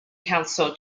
council